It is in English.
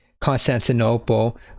Constantinople